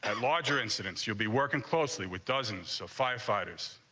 and larger incidents, you'll be working closely with dozens of firefighters,